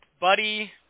buddy